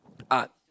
art